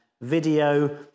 video